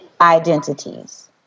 identities